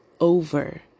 over